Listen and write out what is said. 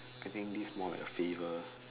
I think this more like a favour